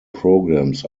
programs